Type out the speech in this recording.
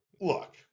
look